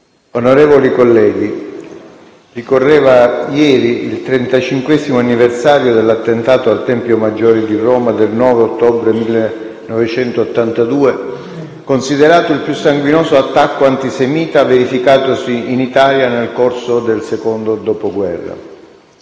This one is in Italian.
Onorevoli colleghi, ricorreva ieri il 35° anniversario dell'attentato al Tempio maggiore di Roma del 9 ottobre 1982, considerato il più sanguinoso attacco antisemita verificatosi in Italia nel corso del secondo Dopoguerra.